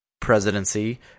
presidency